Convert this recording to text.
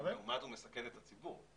בגלל שהוא מסכן את הציבור.